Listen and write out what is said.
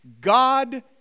God